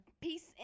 Peace